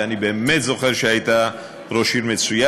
ואני באמת זוכר שהיית ראש עיר מצוין.